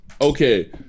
Okay